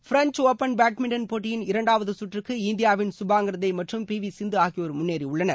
பிரெஞ் open badminton போட்டியின் இரண்டாவது சுற்றுக்கு இந்தியாவின் சுபாங்கர் தேவ் மற்றும் பி வி சிந்து ஆகியோர் முன்னேறியுள்ளனர்